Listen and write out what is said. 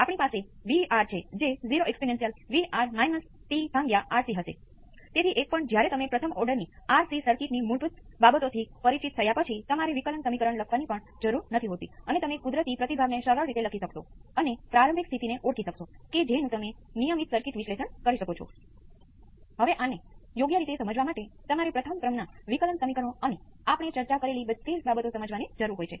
મારી પાસે બે રેખીય પ્રણાલીઓ છે પ્રથમમાં input V p cos ω t ϕ છે બીજામાં input V p sin ω t ϕ છે પ્રથમમાં રિસ્પોન્સ V c 1 છે બીજામાં રિસ્પોન્સ V c 2 છે